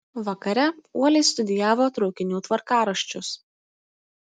vakare uoliai studijavo traukinių tvarkaraščius